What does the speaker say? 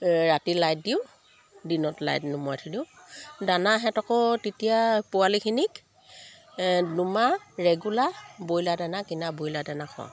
ৰাতি লাইট দিওঁ দিনত লাইট নুমুৱাই থৈ দিওঁ দানা সিহঁতকো তেতিয়া পোৱালিখিনিক দুমাহ ৰেগুলাৰ ব্ৰইলাৰ দানা কিনা ব্ৰইলাৰ দানা খোৱাওঁ